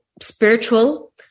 spiritual